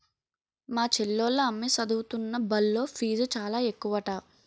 మా చెల్లోల అమ్మి సదువుతున్న బల్లో ఫీజు చాలా ఎక్కువట